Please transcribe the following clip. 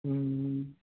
हूँ